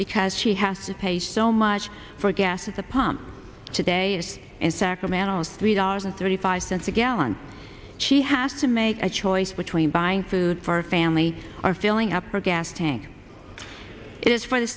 because she has to pay so much for gas at the pump today is in sacramento is three dollars and thirty five cents a gallon she has to make a choice between buying food for a family are filling up her gas tank it is for the